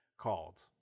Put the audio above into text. called